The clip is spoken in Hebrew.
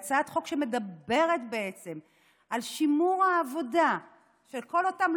לאופוזיציה הצעת חוק שמדברת על שימור העבודה של כל אותם,